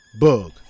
Bug